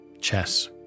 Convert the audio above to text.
chess